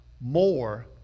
more